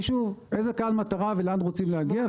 שוב איזה קהל מטרה ולאן רוצים להגיע,